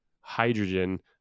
hydrogen